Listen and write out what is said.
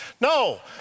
No